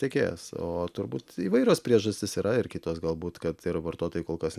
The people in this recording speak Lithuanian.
tiekėjas o turbūt įvairios priežastys yra ir kitos galbūt kad ir vartotojai kol kas